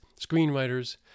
screenwriters